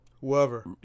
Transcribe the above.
whoever